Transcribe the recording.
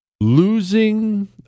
Losing